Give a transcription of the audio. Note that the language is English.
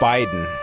Biden